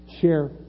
share